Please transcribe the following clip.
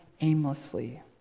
aimlessly